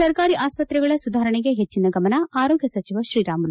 ಸರ್ಕಾರಿ ಆಸ್ಪತ್ರೆಗಳ ಸುಧಾರಣೆಗೆ ಹೆಚ್ಚಿನ ಗಮನ ಆರೋಗ್ಯ ಸಚಿವ ತ್ರೀರಾಮುಲು